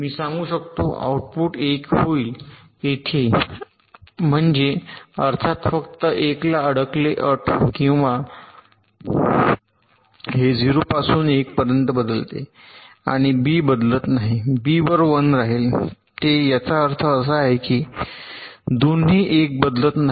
मी सांगू शकतो आउटपुट 1 होईल येथे आहे म्हणजे अर्थात फक्त 1 ला अडकले अट किंवा हे 0 पासून 1 पर्यंत बदलते आणि बी बदलत नाही बी 1 वर राहील ते याचा अर्थ असा आहे की दोन्ही म्हणजे 1 बदलत नाही